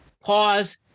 pause